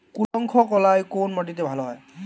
কুলত্থ কলাই কোন মাটিতে ভালো হয়?